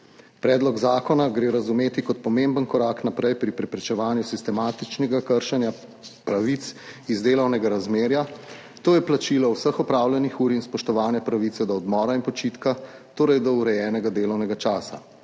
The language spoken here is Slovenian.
Predlog zakona gre razumeti kot pomemben korak naprej pri preprečevanju sistematičnega kršenja pravic iz delovnega razmerja, to je plačilo vseh opravljenih ur in spoštovanje pravice do odmora in počitka, torej do urejenega delovnega časa.